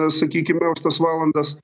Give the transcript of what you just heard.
sakykime už tas valandas